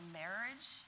marriage